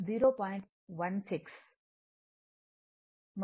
16 మరియు b2 0